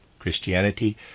Christianity